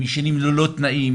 הם ישנים ללא תנאים,